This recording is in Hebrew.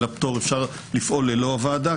אלא פטור אפשר לפעול ללא הוועדה,